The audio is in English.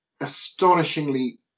astonishingly